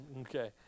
Okay